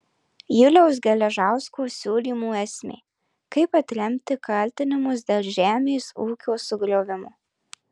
juliaus geležausko siūlymų esmė kaip atremti kaltinimus dėl žemės ūkio sugriovimo